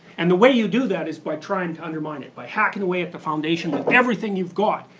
and the way you do that is by trying to undermine it, by hacking away at the foundation with everything you've got,